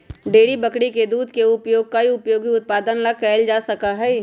dairy बकरी के दूध के उपयोग कई उपयोगी उत्पादन ला कइल जा सका हई